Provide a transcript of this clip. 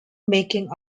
making